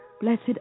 blessed